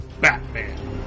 Batman